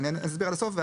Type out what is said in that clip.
אני אסביר עד הסוף.